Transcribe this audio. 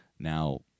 Now